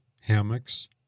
hammocks